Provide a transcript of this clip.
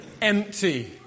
Empty